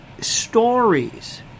stories